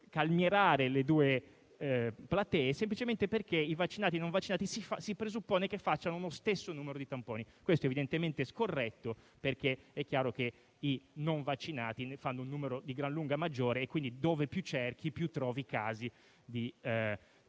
calmierare le due platee semplicemente perché si presuppone che vaccinati e non vaccinati facciano lo stesso numero di tamponi. Questo è evidentemente scorretto perché è chiaro che i non vaccinati ne fanno un numero di gran lunga maggiore, quindi, dove più cerchi, più trovi casi di positività.